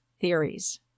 theories